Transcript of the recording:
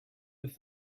with